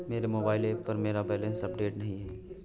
मेरे mobile app पर मेरा बैलेंस अपडेट नहीं है